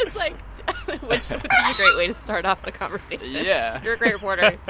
like which which is a great way to start off the conversation yeah you're a great reporter.